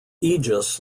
aegis